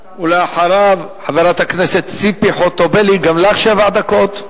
אחריו, חברת הכנסת ציפי חוטובלי, וגם לך שבע דקות.